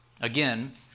Again